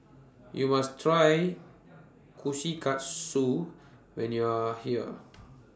YOU must Try Kushikatsu when YOU Are here